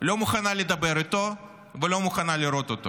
לא מוכנה לדבר איתו ולא מוכנה לראות אותו,